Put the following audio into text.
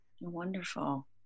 Wonderful